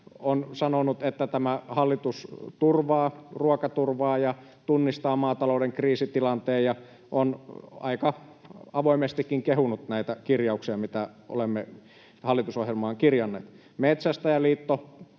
on sanonut, että tämä hallitus turvaa ruokaturvaa ja tunnistaa maatalouden kriisitilanteen, ja on aika avoimestikin kehunut näitä kirjauksia, mitä olemme hallitusohjelmaan kirjanneet. Metsästäjäliitto